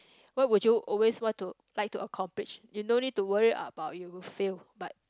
what would you always want to like to accomplish you no need worry about you will fail but